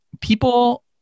people